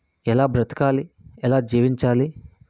ఎలా బ్రతకాలి ఎలా జీవించాలి